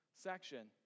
section